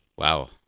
Wow